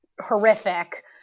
horrific